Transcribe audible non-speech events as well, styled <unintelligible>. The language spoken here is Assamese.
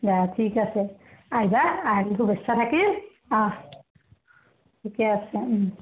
দিয়া ঠিক আছে আহিবা <unintelligible> শুভেচ্ছা থাকিল অঁ ঠিকে আছে